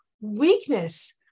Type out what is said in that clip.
weakness